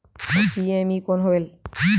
PME कौन होयल?